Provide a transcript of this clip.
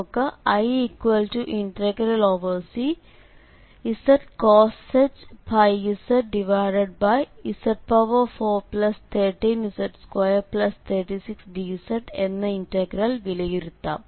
നമുക്ക് ICzcosh πz z413z236dz എന്ന integral വിലയിരുത്താം